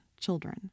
children